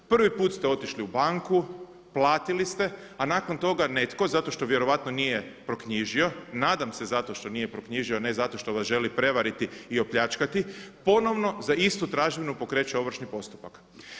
Prvi put ste otišli u banku, platili ste a nakon toga netko zato što vjerojatno nije proknjižio, nadam se zato što nije proknjižio ne zato što vas želi prevariti i opljačkati ponovno za istu tražbinu pokreće ovršni postupak.